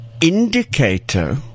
Indicator